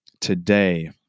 today